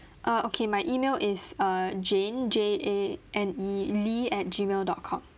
uh okay my email is uh jane J A N E lee at gmail dot com